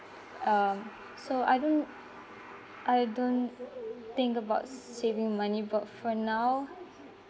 um so I don't I don't think about s~ saving money but for now